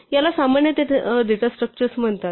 याला सामान्यतः data structures म्हणतात